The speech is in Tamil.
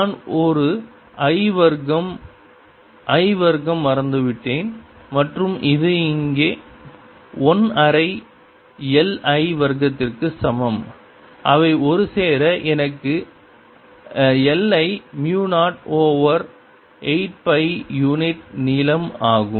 நான் ஒரு I வர்க்கம் I வர்க்கம் மறந்துவிட்டேன் மற்றும் இங்கே அது 1 அரை l I வர்க்கத்திற்கு சமம் அவை ஒருசேர எனக்கு l I mu 0 over 8 pi unit நீளம் ஆகும்